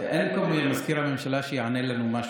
אין פה את מזכיר הממשלה שיענה לנו משהו.